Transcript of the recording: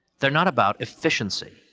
they're not about efficiency.